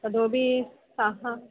तथापि सः